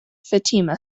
fatima